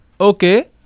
Okay